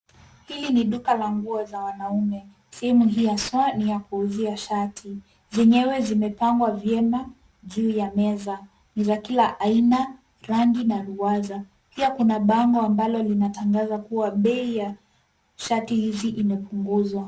Hili ni duka la nguo za wanaume. Sehemu hii haswa ni ya kuuzia shati. Zenyewe zimepangwa vyema juu ya meza. Ni za kila aina, rangi na ruwaza. Pia kuna bango ambalo linalotangaza kuwa bei ya shati hizi imepunguzwa.